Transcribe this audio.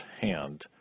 hand